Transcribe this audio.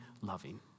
loving